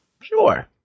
Sure